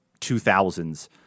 2000s